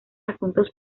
asuntos